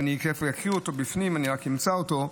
ואני אקריא אותו, אני רק אמצא אותו.